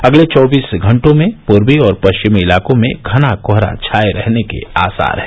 अगले चौबीस घंटों में पूर्वी और पश्चिमी इलाकों में घना कोहरा छाये रहने को आसार हैं